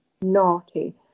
naughty